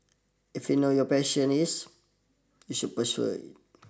if you know your passion is you should pursue it